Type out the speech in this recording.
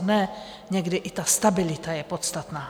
Ne, někdy i ta stabilita je podstatná.